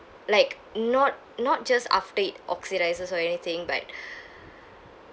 like not not just after it oxidises or anything but